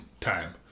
time